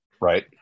right